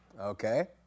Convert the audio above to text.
Okay